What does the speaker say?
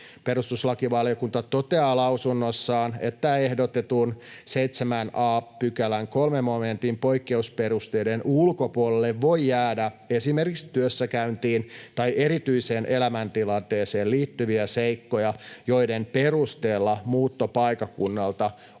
Perustuslakivaliokunta toteaa lausunnossaan, että ehdotetun 7 a §:n 3 momentin poikkeusperusteiden ulkopuolelle voi jäädä esimerkiksi työssäkäyntiin tai erityiseen elämäntilanteeseen liittyviä seikkoja, joiden perusteella muutto paikkakunnalta olisi